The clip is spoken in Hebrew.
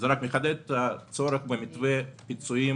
זה רק מחדד את הצורך במתווה פיצויים